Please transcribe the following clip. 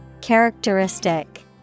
Characteristic